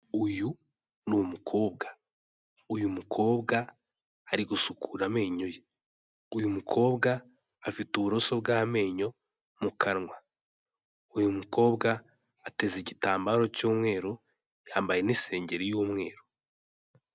Uyu ni umukobwa, uyu mukobwa ari gusukura amenyo ye, uyu mukobwa afite uburoso bw'amenyo mu kanwa, uyu mukobwa ateze igitambaro cy'umweru, yambaye n'isengeri y'umweru.